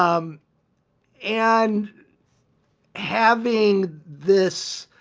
um and having this